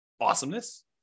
Awesomeness